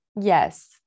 yes